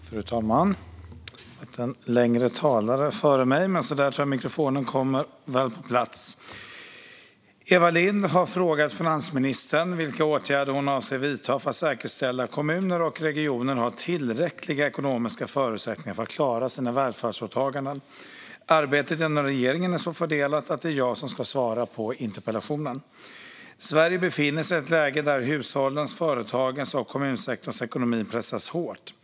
Fru talman! Eva Lindh har frågat finansministern vilka åtgärder hon avser att vidta för att säkerställa att kommuner och regioner har tillräckliga ekonomiska förutsättningar för att klara sina välfärdsåtaganden. Arbetet inom regeringen är så fördelat att det är jag som ska svara på interpellationen. Sverige befinner sig i ett läge där hushållens, företagens och kommunsektorns ekonomi pressas hårt.